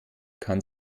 kann